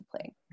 play